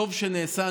טוב שנעשה.